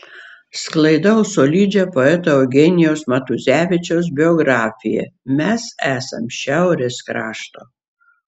sklaidau solidžią poeto eugenijaus matuzevičiaus biografiją mes esam šiaurės krašto